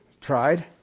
tried